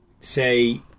say